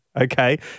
okay